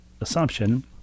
assumption